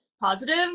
positive